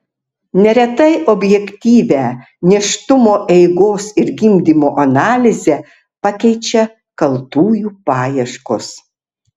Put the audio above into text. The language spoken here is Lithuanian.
neretai objektyvią nėštumo eigos ir gimdymo analizę pakeičia kaltųjų paieškos